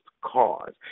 cause